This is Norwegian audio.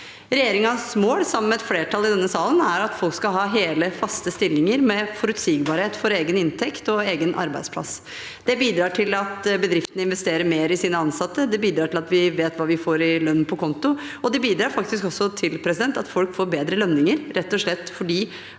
Regjeringens mål, sammen med et flertall i denne salen, er at folk skal ha hele, faste stillinger med forutsigbarhet for egen inntekt og egen arbeidsplass. Det bidrar til at bedriftene investerer mer i sine ansatte, det bidrar til at vi vet hva vi får i lønn på konto, og det bidrar faktisk også til at folk får bedre lønninger, rett og slett fordi